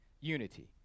unity